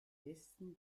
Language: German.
westen